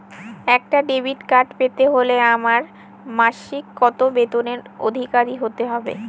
একটা debit card পেতে হলে আমার মাসিক কত বেতনের অধিকারি হতে হবে?